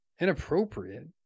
inappropriate